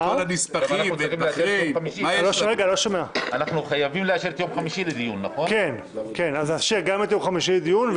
אנחנו חייבים לאשר את יום חמישי לדיון, נכון?